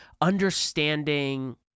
understanding